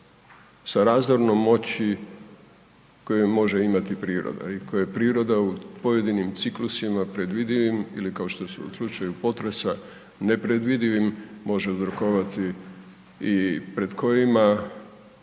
sa razornom moći koju može imati priroda i koje priroda u pojedinim ciklusima predvidivim ili kao što su u slučaju potrese nepredvidivim, može uzrokovati i pred kojima